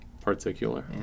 Particular